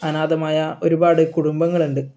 അനാഥമായ ഒരുപാട് കുടുംബങ്ങളുണ്ട്